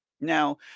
Now